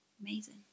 Amazing